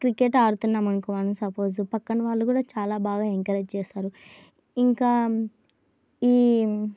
cricket ఆడుతున్నామనుకో మనం suppose పక్కన వాళ్ళు కూడా చాలా బాగా ఎంకరేజ్ చేస్తారు ఇంకా ఈ